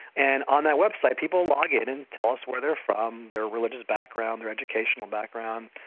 and on that website people log in and tell us where they're from, their religious background, or educational background,